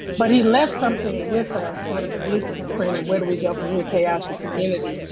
but he left something with us, sort of a blueprint in where do we go from here chaos or community,